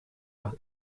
are